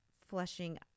Flushing